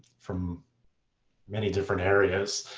from many different areas.